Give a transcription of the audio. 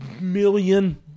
million